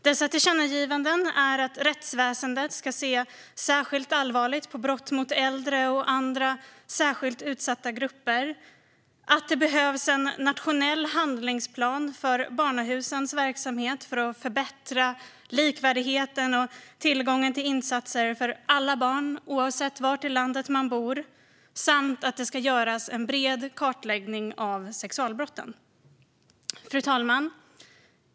Dessa tillkännagivanden är att rättsväsendet ska se särskilt allvarligt på brott mot äldre och andra särskilt utsatta grupper, att det behövs en nationell handlingsplan för barnahusens verksamhet för att förbättra likvärdigheten och tillgången till insatser för alla barn, oavsett var i landet man bor, och att det ska göras en bred kartläggning av sexualbrotten. Fru talman!